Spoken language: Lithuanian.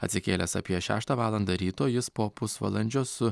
atsikėlęs apie šeštą valandą ryto jis po pusvalandžio su